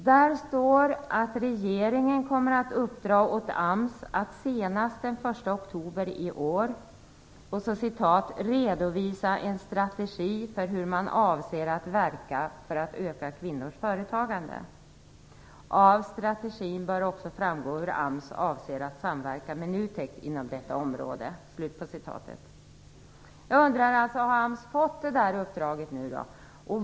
Där står det att regeringen kommer att uppdra åt AMS att senast den 1 oktober i år "redovisa en strategi för hur man avser att verka för att öka kvinnors företagande. Av strategin bör också framgå hur AMS avser att samverka med NUTEK inom detta område".